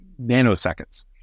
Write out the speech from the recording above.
nanoseconds